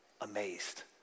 amazed